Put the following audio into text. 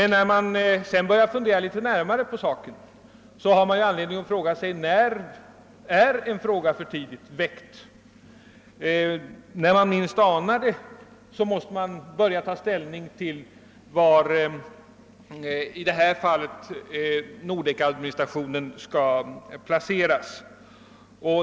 När jag sedan började fundera litet närmare på saken frågade jag mig när en fråga kan anses vara för tidigt väckt. Tidigare än man anar måste man kanske ta ställning till var Nordek-administrationen skall placeras.